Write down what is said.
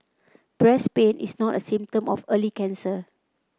breast pain is not a symptom of early cancer